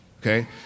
Okay